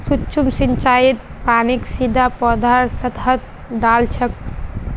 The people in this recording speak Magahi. सूक्ष्म सिंचाईत पानीक सीधा पौधार सतहत डा ल छेक